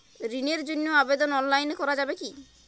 ঋণের জন্য আবেদন অনলাইনে করা যাবে কি?